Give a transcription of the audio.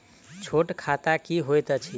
छोट खाता की होइत अछि